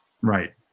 Right